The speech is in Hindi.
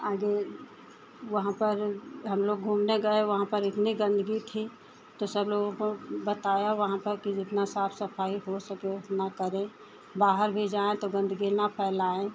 वहाँ पर हमलोग घूमने गए वहाँ पर इतनी गन्दगी थी तो सब लोगों को बताया वहाँ पर कि जितनी साफ़ सफ़ाई हो सके उतना करें बाहर भी जाएँ तो गन्दगी न फैलाएँ